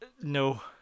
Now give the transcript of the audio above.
No